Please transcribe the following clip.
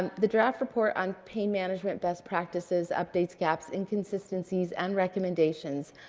um the draft report on pain management best practices updates gaps, inconsistencies, and recommendations,